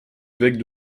évêque